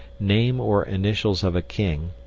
name or initials of a king,